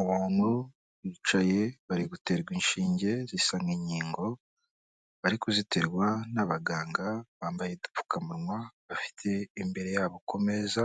Abantu bicaye bari guterwa inshinge zisa nk'inkingo, bari kuziterwa n'abaganga bambaye udupfukamunwa, bafite imbere yabo ku meza